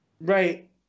Right